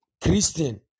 Christian